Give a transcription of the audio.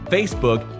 Facebook